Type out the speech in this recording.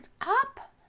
up